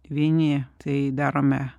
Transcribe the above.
vieni tai darome